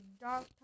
dark